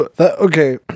Okay